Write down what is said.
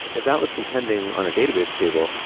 that was contending on a database table.